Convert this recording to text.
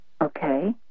Okay